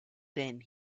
then